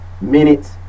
minutes